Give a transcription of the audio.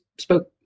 spoke